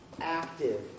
active